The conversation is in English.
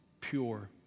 pure